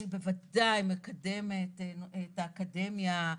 אני בוודאי מקדמת את האקדמיה.